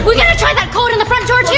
gotta try that code in the front door